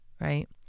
Right